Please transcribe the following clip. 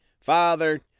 Father